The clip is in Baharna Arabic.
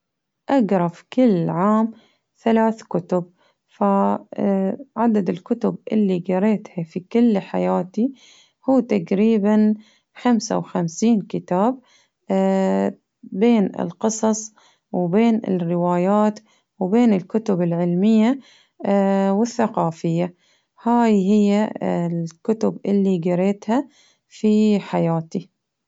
أجرا في كل عام ثلاث كتب، عدد الكتب اللي قريتها في كل حياتي، هو تقريبا خمسة وخمسين كتاب، بين القصص وبين الروايات وبين الكتب العلمية، والثقافية، هاي هي الكتب اللي قريتها في حياتي.